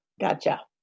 Gotcha